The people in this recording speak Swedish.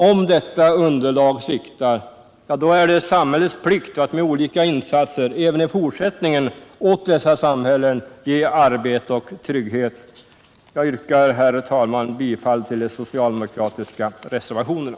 Om detta underlag sviktar, är det samhällets plikt att med olika insatser även i fortsättningen åt dessa samhällen ge arbete och trygghet. Jag yrkar, herr talman, bifall till de socialdemokratiska reservationerna.